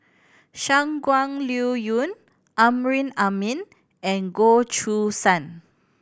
Shangguan Liuyun Amrin Amin and Goh Choo San